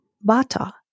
Bata